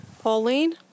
Pauline